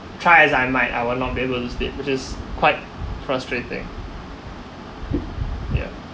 try as I might I will not be able to sleep which is quite frustrating yeah